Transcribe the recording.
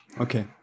Okay